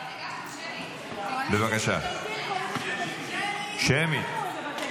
בבקשה שמית.